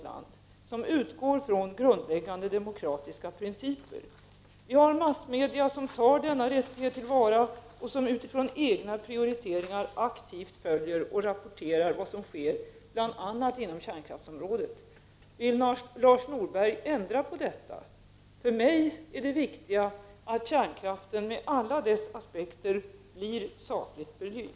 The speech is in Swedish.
Kan statsrådet och energioch miljödepartementet bidra till att sådan information som påvisar kärnkraftens negativa effekter i större utsträckning kommer till allmänhetens kännedom?